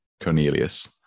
Cornelius